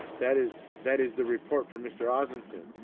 that ah that is the report from mr osmunson,